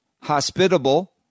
hospitable